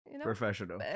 professional